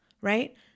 right